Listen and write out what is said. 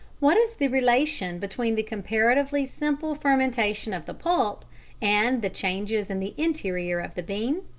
what is the relation between the comparatively simple fermentation of the pulp and the changes in the interior of the bean?